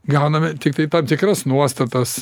gauname tiktai tam tikras nuostatas